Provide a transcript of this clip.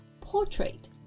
Portrait